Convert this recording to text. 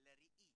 לראי